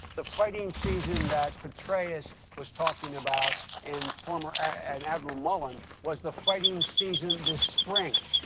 the fighting season that petraeus was talking about and former and admiral mullen was the fighting season this spring.